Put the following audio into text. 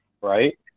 Right